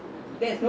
!hanna!